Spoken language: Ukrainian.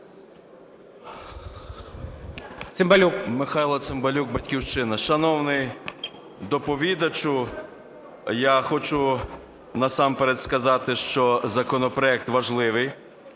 Михайло Цимбалюк, "Батьківщина". Шановний доповідачу, я хочу насамперед сказати, що законопроект важливий,